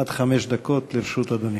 עד חמש דקות לרשות אדוני.